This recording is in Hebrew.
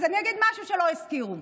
אני אגיד משהו שלא הזכירו.